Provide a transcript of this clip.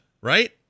right